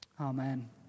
Amen